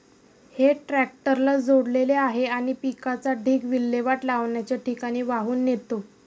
हे ट्रॅक्टरला जोडलेले आहे आणि पिकाचा ढीग विल्हेवाट लावण्याच्या ठिकाणी वाहून नेतो